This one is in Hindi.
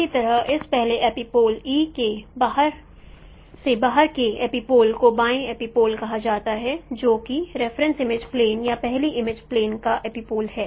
इसी तरह इस पहले एपिपोल से बाहर के एपिपोल को बयां एपिपोल कहा जाता है जो कि रेफरेंस इमेज प्लेन या पहली इमेज प्लान पर एपिपोल है